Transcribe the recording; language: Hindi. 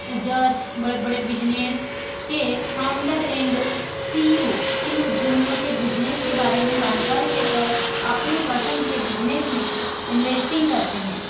जज बड़े बड़े बिज़नस के फ़ाउंडर ऐन्ड सीईओ इन उद्यमियों के बिज़नस के बारे में जानकारी लेकर अपनी पसंद के बिज़नस में इन्वेस्टिंग करते हैं